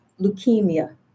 leukemia